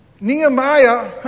Nehemiah